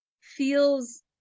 feels